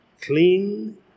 clean